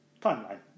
timeline